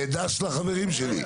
ד"ש לחברים שלי.